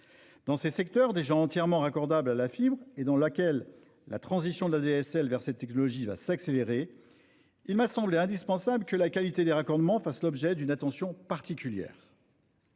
Dans ces secteurs, déjà entièrement raccordables à la fibre et dans lesquels la transition de l'ADSL vers cette technologie va s'accélérer, il m'a semblé indispensable que la qualité des raccordements fasse l'objet d'une attention particulière.